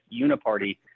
uniparty